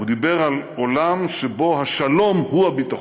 הוא דיבר על עולם שבו השלום הוא הביטחון.